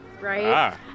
right